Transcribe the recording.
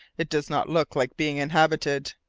it does not look like being inhabited,